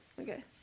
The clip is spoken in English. okay